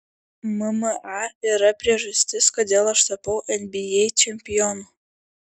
mma yra priežastis kodėl aš tapau nba čempionu